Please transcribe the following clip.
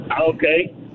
Okay